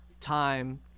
Time